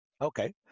Okay